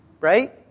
right